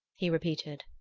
he repeated.